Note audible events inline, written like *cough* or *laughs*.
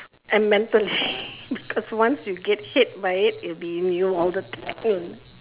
and mentally *laughs* because once you get hit by it it'll be in you all the time